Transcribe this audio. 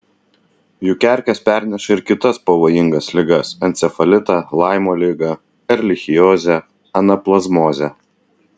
juk erkės perneša ir kitas pavojingas ligas encefalitą laimo ligą erlichiozę anaplazmozę